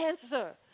cancer